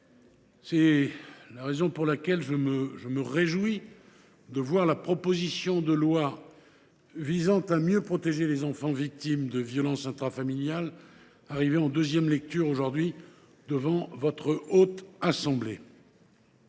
C’est la raison pour laquelle je me réjouis que la proposition de loi visant à mieux protéger les enfants victimes de violences intrafamiliales soit discutée en deuxième lecture aujourd’hui par la Haute Assemblée.